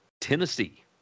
Tennessee